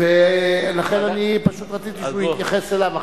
לכן רציתי שהוא יתייחס אליו.